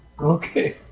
Okay